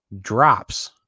drops